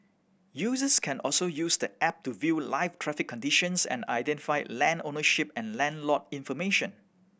users can also use the app to view live traffic conditions and identify land ownership and land lot information